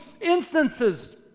instances